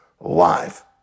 life